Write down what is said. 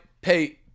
pay